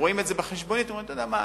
רואים את זה בחשבונית ואומרים: אתה יודע מה,